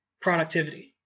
Productivity